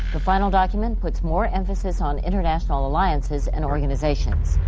the final document puts more emphasis on international alliances and organizations.